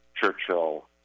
Churchill